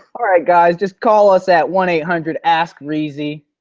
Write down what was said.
alright guys, just call us at one eight hundred ask reezy.